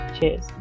cheers